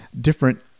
different